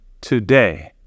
today